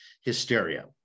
hysteria